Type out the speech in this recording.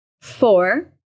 Four